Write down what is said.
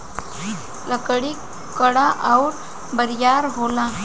लकड़ी कड़ा अउर बरियार होला